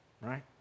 right